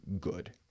good